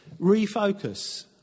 refocus